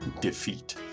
defeat